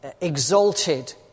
exalted